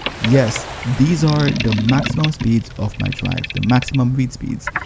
yes! these are the maximum speeds of my drive. the maximum read speeds.